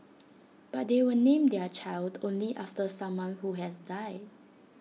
but they will name their child only after someone who has died